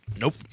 Nope